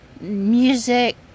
music